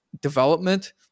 Development